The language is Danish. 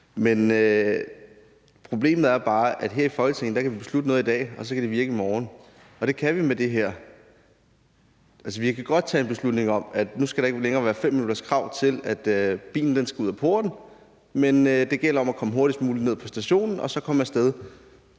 Problemet er bare, at her i Folketinget kan vi beslutte noget i dag, og at så kan det virke i morgen. Det kan vi med det her. Altså, vi kan godt tage en beslutning om, at nu skal der ikke længere være et 5-minutterskrav om, at bilen skal ud af porten, men at det gælder om at komme hurtigst muligt ned på stationen og så komme af sted